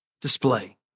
display